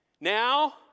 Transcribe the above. Now